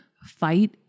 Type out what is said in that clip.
fight